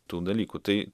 tų dalykų tai